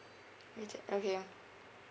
okay okay ya